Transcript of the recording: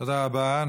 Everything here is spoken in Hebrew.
תודה רבה.